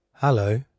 Hello